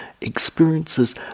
experiences